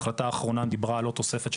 ההחלטה האחרונה דיברה על עוד תוספת,